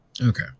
Okay